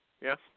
Yes